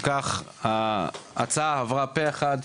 אם כך, ההצעה עברה פה אחד.